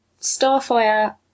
Starfire